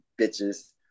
bitches